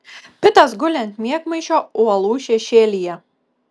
pitas guli ant miegmaišio uolų šešėlyje